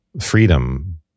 freedom